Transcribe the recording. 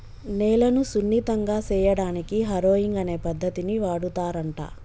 నేలను సున్నితంగా సేయడానికి హారొయింగ్ అనే పద్దతిని వాడుతారంట